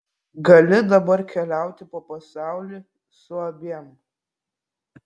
gali dabar keliauti po pasaulį su abiem